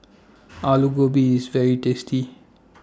Aloo Gobi IS very tasty